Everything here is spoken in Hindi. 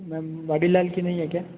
मैम वाड़ीलाल की नहीं है क्या